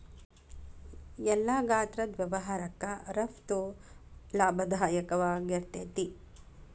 ಎಲ್ಲಾ ಗಾತ್ರದ್ ವ್ಯವಹಾರಕ್ಕ ರಫ್ತು ಲಾಭದಾಯಕವಾಗಿರ್ತೇತಿ